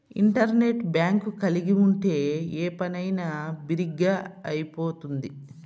internet bank కలిగి ఉంటే ఏ పనైనా బిరిగ్గా అయిపోతుంది